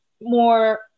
more